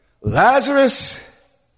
Lazarus